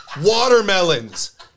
watermelons